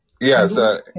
Yes